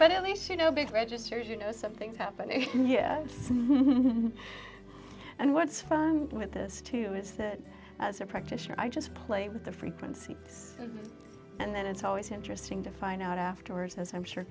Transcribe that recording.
but at least you know big registers you know something's happening here and what's with this too is that as a practitioner i just play with the frequency and then it's always interesting to find out afterwards as i'm sure